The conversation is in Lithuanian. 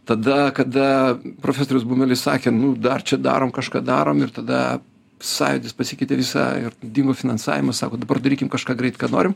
tada kada profesorius bumelis sakė nu dar čia darom kažką darom ir tada sąjūdis pasikeitė visa ir dingo finansavimas sako dabar darykim kažką greit ką norim